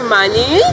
money